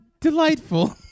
delightful